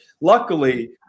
Luckily